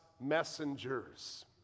messengers